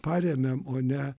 paremiam o ne